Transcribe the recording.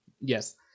Yes